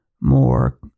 more